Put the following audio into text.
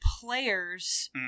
players